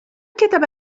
كتب